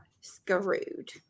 screwed